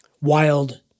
wild